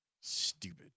Stupid